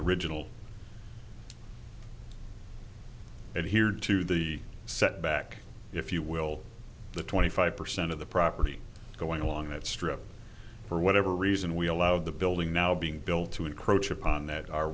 original and here to the setback if you will the twenty five percent of the property going along that strip for whatever reason we allow the building now being built to encroach upon that